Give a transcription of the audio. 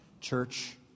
Church